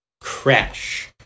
crash